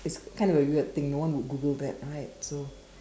it's kind of a weird thing no one would google that right so